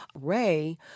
Ray